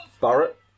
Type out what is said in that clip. Barrett